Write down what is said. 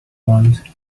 want